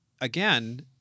again